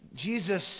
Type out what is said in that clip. Jesus